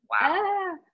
Wow